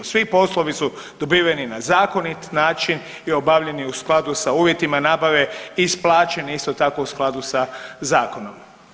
Svi poslovi su dobiveni na zakonit način i obavljeni u skladu s uvjetima nabave, isplaćeni isto tako u skladu sa zakonom.